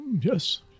Yes